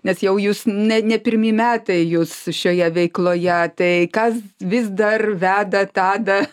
nes jau jūs ne ne pirmi metai jus šioje veikloje tai kas vis dar veda tadą